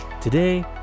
Today